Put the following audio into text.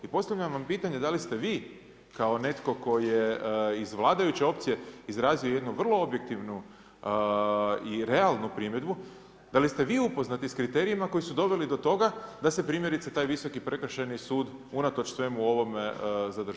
I postavljam vam pitanje, da li ste vi kao netko tko je iz vladajuće opcije izrazio jednu vrlo objektivnu i realnu primjedbu, da li ste vi upoznati s kriterijima koji su doveli do toga da se primjerice taj visoki prekršajni sud unatoč svemu ovome zadržava?